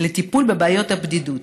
לטיפול בבעיות הבדידות.